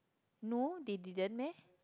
no they didn't meh